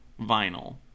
vinyl